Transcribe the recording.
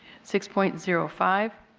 six point zero five,